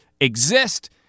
exist